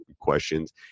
questions